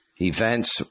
events